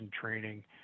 training